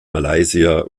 malaysia